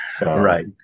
Right